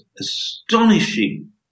astonishing